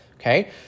okay